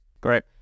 Great